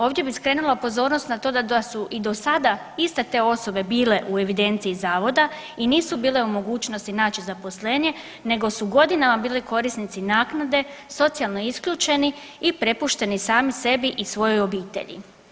Ovdje bih skrenula pozornost na to da su i do sada iste te osobe bile u evidenciji zavoda i nisu bile u mogućnosti naći zaposlenje, nego su godinama bili korisnici naknade, socijalno isključeni i prepušteni sami sebi i svojoj obitelji.